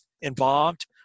involved